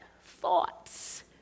thoughts